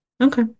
okay